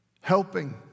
helping